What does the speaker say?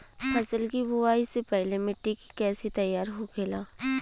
फसल की बुवाई से पहले मिट्टी की कैसे तैयार होखेला?